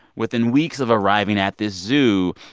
within weeks of arriving at this zoo,